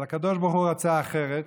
אבל הקדוש ברוך הוא רצה אחרת,